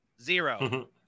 zero